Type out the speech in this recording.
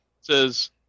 says